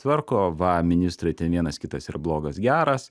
tvarko va ministrai ten vienas kitas ir blogas geras